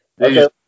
Okay